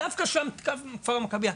דווקא שם בכפר המכבייה,